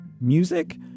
music